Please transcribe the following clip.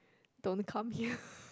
don't come here